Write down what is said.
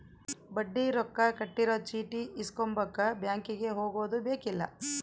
ಬಡ್ಡಿ ರೊಕ್ಕ ಕಟ್ಟಿರೊ ಚೀಟಿ ಇಸ್ಕೊಂಬಕ ಬ್ಯಾಂಕಿಗೆ ಹೊಗದುಬೆಕ್ಕಿಲ್ಲ